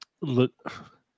look